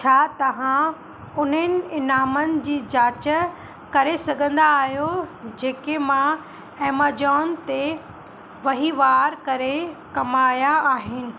छा तव्हां उन्हनि इनामनि जी जांच करे सघंदा आहियो जेके मां ऐमजोन ते वहिंवार करे कमाया आहिनि